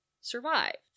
survived